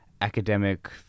academic